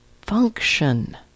function